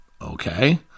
okay